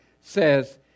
says